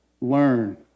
learn